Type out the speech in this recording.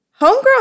homegirl